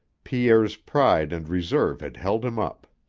pierre's pride and reserve had held him up.